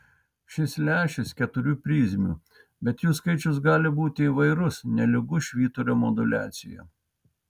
šis lęšis keturių prizmių bet jų skaičius gali būti įvairus nelygu švyturio moduliacija